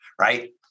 right